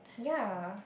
ya